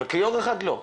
אבל כיור אחד לא.